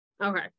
okay